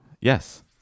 Yes